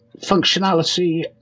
functionality